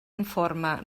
informe